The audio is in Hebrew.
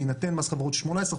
בהינתן מס חברות של 18%,